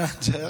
מאנג'ל.